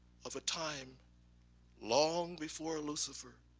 of a time long before lucifer